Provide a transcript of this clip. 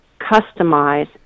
customize